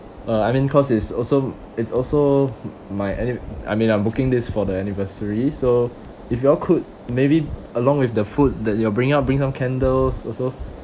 uh I mean cause it's also it's also my anni~ I mean I'm booking this for the anniversary so if you all could maybe along with the food that you are bringing up bring some candles also